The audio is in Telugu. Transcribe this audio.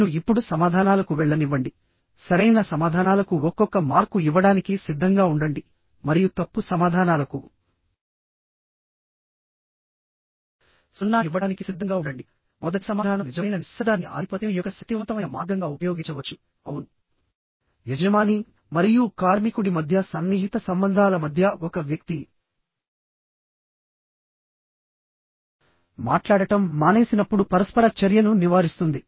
నేను ఇప్పుడు సమాధానాలకు వెళ్లనివ్వండిసరైన సమాధానాలకు ఒక్కొక్క మార్కు ఇవ్వడానికి సిద్ధంగా ఉండండి మరియు తప్పు సమాధానాలకు సున్నా ఇవ్వడానికి సిద్ధంగా ఉండండి మొదటి సమాధానం నిజమైన నిశ్శబ్దాన్ని ఆధిపత్యం యొక్క శక్తివంతమైన మార్గంగా ఉపయోగించవచ్చు అవును యజమాని మరియు కార్మికుడి మధ్య సన్నిహిత సంబంధాల మధ్య ఒక వ్యక్తి మాట్లాడటం మానేసినప్పుడు పరస్పర చర్యను నివారిస్తుంది